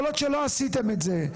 כל עוד שלא עשיתם את זה,